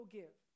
give